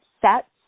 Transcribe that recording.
sets